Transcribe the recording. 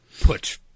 put